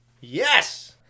Yes